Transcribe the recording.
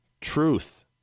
truth